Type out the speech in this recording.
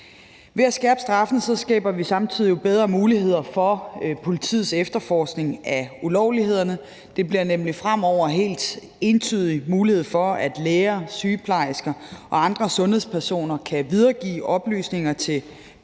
Ved at skærpe straffen skaber vi samtidig bedre muligheder for politiets efterforskning af ulovlighederne. Der bliver nemlig fremover helt entydigt mulighed for, at læger, sygeplejersker og andre sundhedspersoner kan videregive oplysninger til politiet,